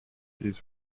these